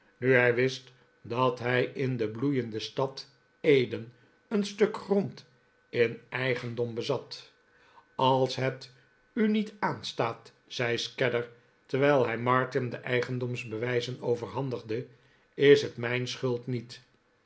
hij wist dat hij in de bloeiende stad eden een stuk grond in eigendom bezat als net u nu niet aanstaat zei scadder terwijl hij martin de eigendomsbewijzen overhandigde is het mijn schuld niet